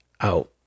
out